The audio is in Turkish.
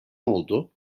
oldu